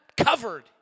covered